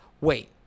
wait